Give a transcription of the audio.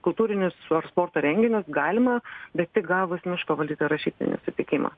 kultūrinius ar sporto renginius galima bet tik gavus miško valdytojo rašytinį sutikimą